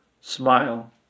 smile